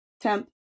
Temp